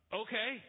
okay